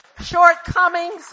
shortcomings